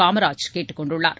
காமராஜ் கேட்டுக் கொண்டுள்ளார்